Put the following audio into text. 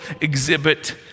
exhibit